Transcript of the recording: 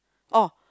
oh